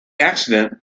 accident